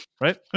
right